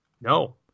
No